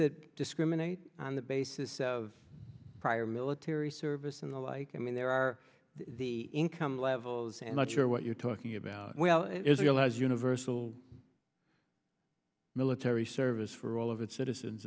that discriminate on the basis of prior military service and the like i mean there are the income levels and not sure what you're talking about well israel has universal military service for all of its citizens